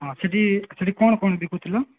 ହଁ ସେଠି ସେଠି କ'ଣ କ'ଣ ବିକୁଥିଲ